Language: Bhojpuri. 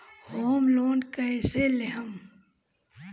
होम लोन कैसे लेहम?